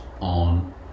on